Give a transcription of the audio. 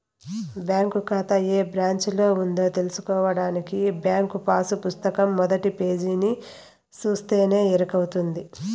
bank కాతా ఏ బ్రాంచిలో ఉందో తెల్సుకోడానికి బ్యాంకు పాసు పుస్తకం మొదటి పేజీని సూస్తే ఎరకవుతది